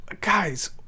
guys